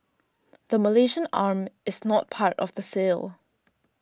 the Malaysian arm is not part of the sale